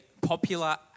popular